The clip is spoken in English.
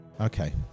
Okay